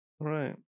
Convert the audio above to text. right